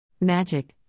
Magic